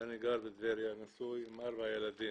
אני גר בטבריה, נשוי עם ארבעה ילדים,